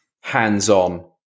hands-on